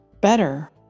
better